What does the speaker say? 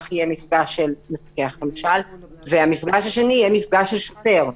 יהיה עם פקח והמפגש השני יהיה עם שוטר,